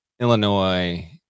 Illinois